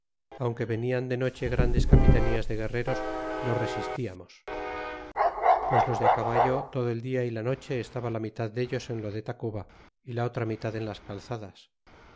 aunque venian de noche grandes capitanías de guerreros los resistiamos pues los de caballo todo el dia y la noche estaba la mitad dellos en lo de tacuba y la otra mitad en las calzadas